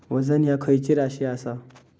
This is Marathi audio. वजन ह्या खैची राशी असा?